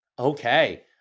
Okay